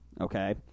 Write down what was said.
Okay